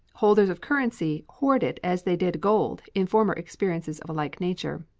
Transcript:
holders of currency hoard it as they did gold in former experiences of a like nature.